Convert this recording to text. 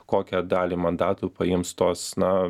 kokią dalį mandatų paims tos na